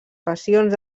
passions